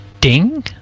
ding